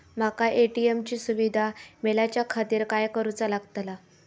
माका ए.टी.एम ची सुविधा मेलाच्याखातिर काय करूचा लागतला?